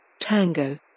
Tango